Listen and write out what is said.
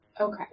Okay